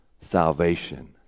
salvation